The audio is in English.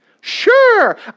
Sure